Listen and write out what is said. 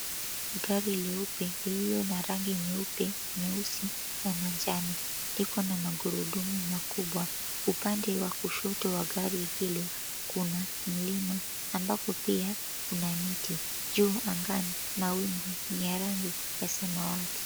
Gari leupe lililo na rangi nyeupe, nyeusi na manjano, liko na magurudumu makubwa. Upande wa kushoto wa gari hilo kuna mlima, ambapo pia kuna miti. Juu angani, mawingu ya rangi ya samawati.